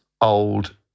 old